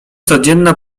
codzienna